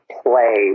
play